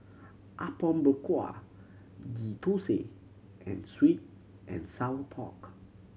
Apom Berkuah Ghee Thosai and sweet and sour pork